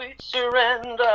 surrender